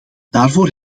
daarvoor